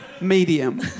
Medium